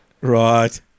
right